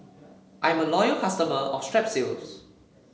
I'm a loyal customer of Strepsils